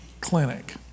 clinic